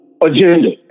agenda